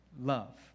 love